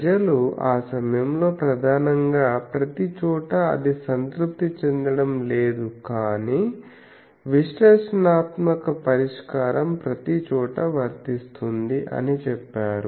ప్రజలు ఆ సమయంలో ప్రధానంగా ప్రతిచోటా అది సంతృప్తి చెందడం లేదు కానీ విశ్లేషణాత్మక పరిష్కారం ప్రతిచోటా వర్తిస్తుంది అని చెప్పారు